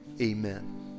Amen